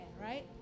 right